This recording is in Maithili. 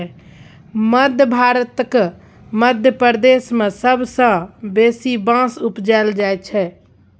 मध्य भारतक मध्य प्रदेश मे सबसँ बेसी बाँस उपजाएल जाइ छै